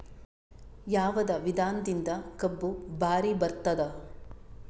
ಯಾವದ ವಿಧಾನದಿಂದ ಕಬ್ಬು ಭಾರಿ ಬರತ್ತಾದ?